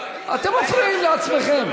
אתם מפריעים לעצמכם.